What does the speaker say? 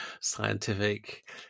scientific